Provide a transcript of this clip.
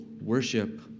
worship